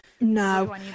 No